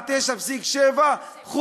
על 9.7 מיליארד,